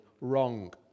wrong